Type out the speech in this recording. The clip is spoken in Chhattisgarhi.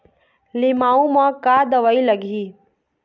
लिमाऊ मे का दवई लागिही?